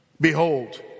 Behold